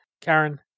Karen